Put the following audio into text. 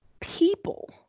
People